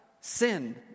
sin